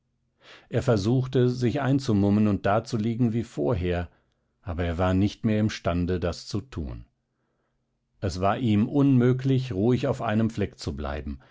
er versuchte sich einzumummen und dazuliegen wie vorher aber er war nicht mehr imstande das zu tun es war ihm unmöglich ruhig auf einem fleck zu bleiben